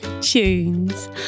Tunes